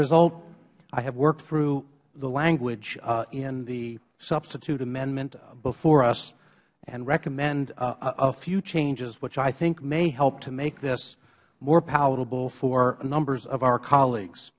result i have worked through the language in the substitute amendment before us and recommend a few changes which i think may help to make this more palatable for numbers of our colleagues